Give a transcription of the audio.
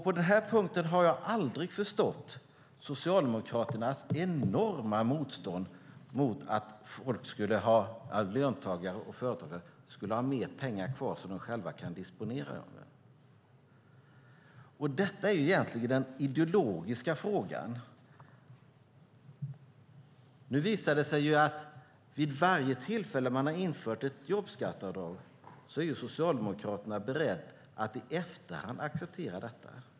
På denna punkt har jag aldrig förstått Socialdemokraternas enorma motstånd mot att löntagare och företagare skulle ha mer pengar kvar som de själva kan disponera över. Detta är egentligen den ideologiska frågan. Nu visar det sig att vid varje tillfälle då man har infört ett jobbskatteavdrag har Socialdemokraterna i efterhand varit beredda att acceptera detta.